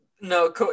No